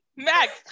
Max